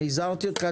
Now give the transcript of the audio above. אני הזהרתי אותך,